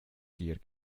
dir